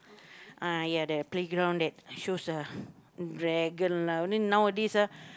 ah ya the playground that shows a dragon lah only nowadays ah